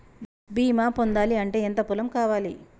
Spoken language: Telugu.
బీమా పొందాలి అంటే ఎంత పొలం కావాలి?